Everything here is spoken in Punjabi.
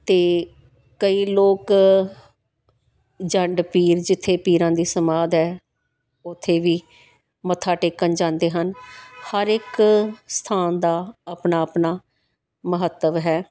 ਅਤੇ ਕਈ ਲੋਕ ਜੰਡ ਪੀਰ ਜਿੱਥੇ ਪੀਰਾਂ ਦੀ ਸਮਾਧ ਹੈ ਉੱਥੇ ਵੀ ਮੱਥਾ ਟੇਕਣ ਜਾਂਦੇ ਹਨ ਹਰ ਇੱਕ ਸਥਾਨ ਦਾ ਆਪਣਾ ਆਪਣਾ ਮਹੱਤਵ ਹੈ